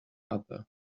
other